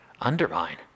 Undermine